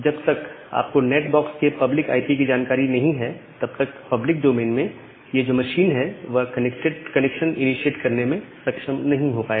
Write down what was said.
जब तक आप को नैट बॉक्स के पब्लिक आईपी की जानकारी नहीं है तब तक पब्लिक डोमेन में यह जो मशीन है वह कनेक्शन इनीशिएट करने में सक्षम नहीं हो पाएगा